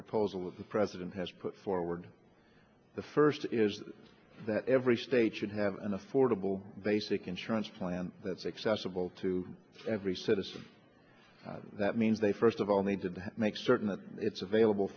proposal that the president has put forward the first is that every state should have an affordable basic insurance plan that's accessible to every citizen that means they first of all need to make certain that it's available